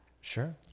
Sure